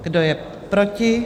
Kdo je proti?